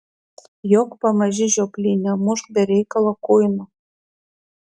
jok pamaži žioply nemušk be reikalo kuino